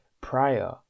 prior